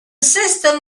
system